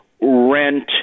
rent